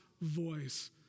voice